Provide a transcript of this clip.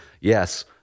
yes